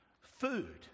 food